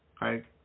Right